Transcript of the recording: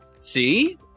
See